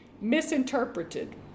misinterpreted